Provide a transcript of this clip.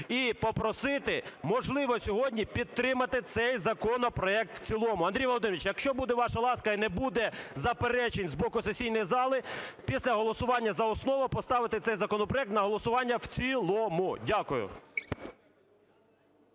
і попросити, можливо, сьогодні підтримати цей законопроект в цілому. Андрій Володимирович, якщо буде ваша ласка і не буде заперечень з боку сесійної зали, після голосування за основу поставити цей законопроект на голосування в цілому. Дякую.